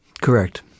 Correct